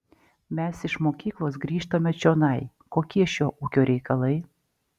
mes iš mokyklos grįžtame čionai kokie šio ūkio reikalai